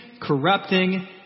corrupting